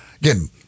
again